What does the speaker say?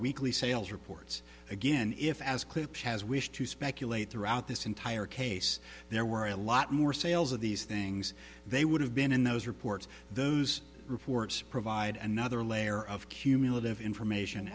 weekly sales reports again if as clips has wished to speculate throughout this entire case there were a lot more sales of these things they would have been in those reports those reports provide another layer of cumulative information